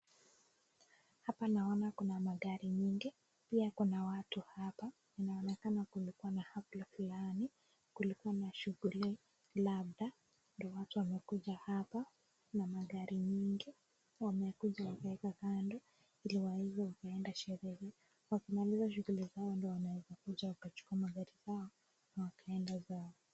Hapa naona magari nyingi. Pia kuna watu hapa. Inaonekana kulikuwa na hafla fulani. Kulikuwa na shughuli labda ndio watu wamekuja hapa na magari nyingi wamekuja wameka kando ili waweze kwenda sherehe. Wakimaliza shughuli zao ndio wanaweza kuja kuchukua magari zao na wakaenda zao.